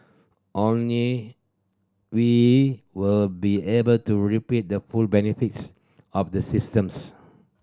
only we will be able to reap the full benefits of the systems